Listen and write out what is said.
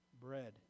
bread